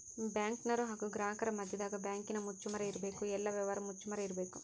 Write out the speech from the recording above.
ಬ್ಯಾಂಕಿನರು ಹಾಗು ಗ್ರಾಹಕರ ಮದ್ಯದಗ ಬ್ಯಾಂಕಿನ ಮುಚ್ಚುಮರೆ ಇರಬೇಕು, ಎಲ್ಲ ವ್ಯವಹಾರ ಮುಚ್ಚುಮರೆ ಇರಬೇಕು